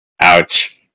Ouch